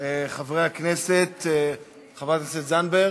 חברת הכנסת זנדברג?